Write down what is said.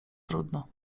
trudno